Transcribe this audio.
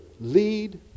lead